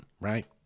right